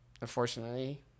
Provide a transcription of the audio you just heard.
unfortunately